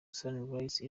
sunrise